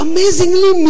Amazingly